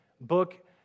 book